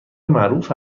معروف